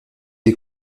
des